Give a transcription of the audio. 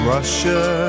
Russia